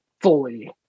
fully